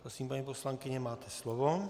Prosím, paní poslankyně, máte slovo.